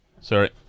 sorry